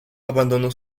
abandonó